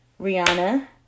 Rihanna